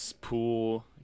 pool